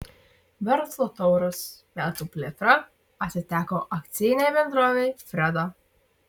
verslo tauras metų plėtra atiteko akcinei bendrovei freda